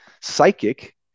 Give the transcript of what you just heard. psychic